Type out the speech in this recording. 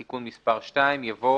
תיקון מס' 2)" יבוא